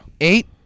Eight